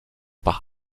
par